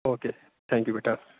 okay thank you beta